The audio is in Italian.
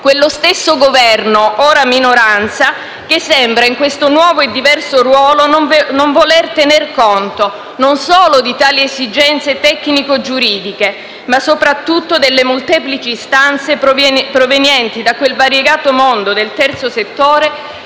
quello stesso Governo, ora minoranza, che sembra, in questo nuovo e diverso ruolo, non voler tener conto non solo di tali esigenze tecnico-giuridiche ma soprattutto delle molteplici istanze provenienti da quel variegato mondo del terzo settore